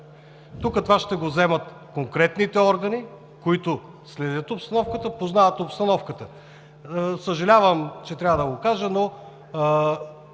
Тук това ще го вземат конкретните органи, които следят обстановката, познават обстановката. Съжалявам, че трябва да го кажа, но